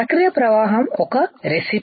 ప్రక్రియ ప్రవాహం ఒక రెసిపీ